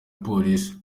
polisi